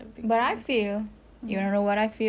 but I feel you know what I feel